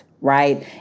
Right